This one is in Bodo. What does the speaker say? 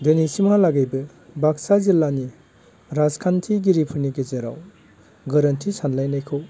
दिनैसिमहालागैबो बाक्सा जिल्लानि राजखान्थिगिरिफोरनि गेजेराव गोरोन्थि सानलायनायखौ